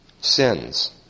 sins